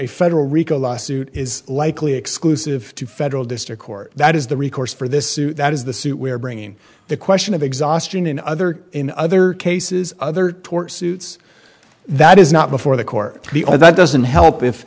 a federal rico lawsuit is likely exclusive to federal district court that is the recourse for this suit that is the suit we are bringing the question of exhaustion in other in other cases other tort suits that is not before the court that doesn't help if